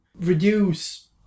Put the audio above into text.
reduce